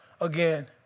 again